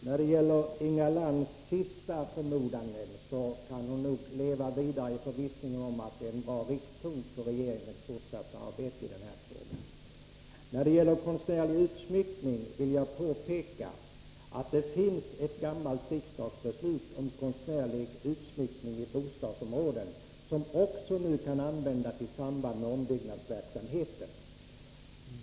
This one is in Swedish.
Herr talman! När det gäller Inga Lantz förmodanden kan hon nog leva vidare i förvissningen om att de är bra riktpunkter för regeringens fortsatta arbete i denna fråga. När det gäller konstnärlig utsmyckning vill jag påpeka att det finns ett gammalt riksdagsbeslut om anslag till konstnärlig utsmyckning i bostadsområden, och det kan nu också användas i samband med ombyggnadsverksamhet.